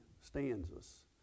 stanzas